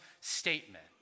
statement